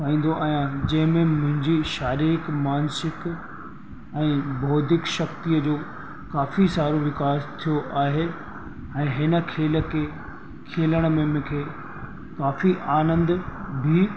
पाईंदो आहियां जंहिं में मुंहिंजी शारीरिक मानसिक ऐं बौधिक शक्तिअ जो काक़ी सारो विकास थियो ऐं हिन खेल खे खेलण में मूंखे काफ़ी आनंद बि